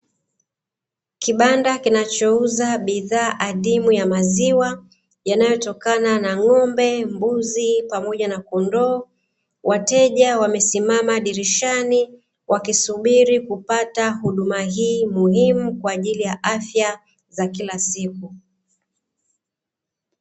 Kibanda kinachouza bidhaa hadimu ya maziwa, yanayotokana na ng'ombe, mbuzi pamoja na kondoo, wateja wamesimama dirishani wakisubiri kupata huduma hii muhimu kwa ajili ya afya za kila siku.